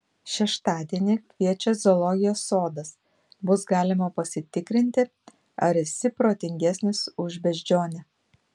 šeštadienį kviečia zoologijos sodas bus galima pasitikrinti ar esi protingesnis už beždžionę